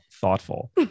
thoughtful